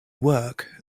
work